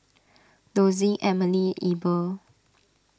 Dossie Emily Eber